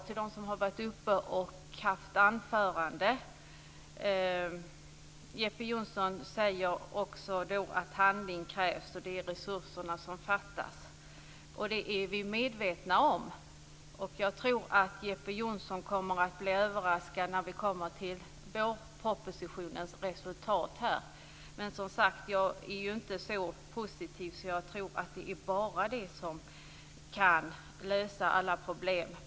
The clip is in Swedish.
Jeppe Johnsson säger att handling krävs och att det är resurserna som fattas. Det är vi medvetna om. Jag tror Jeppe Johnsson kommer att bli överraskad när vi kommer till vårpropositionens resultat. Som sagt är jag inte så positiv att jag tror att det bara är resurserna som löser alla problem.